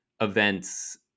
events